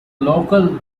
local